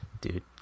Dude